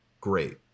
Great